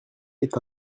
est